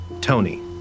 Tony